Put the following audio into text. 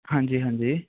ਹਾਂਜੀ ਹਾਂਜੀ